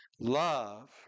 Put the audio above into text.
love